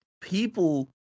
people